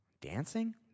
Dancing